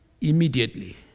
Immediately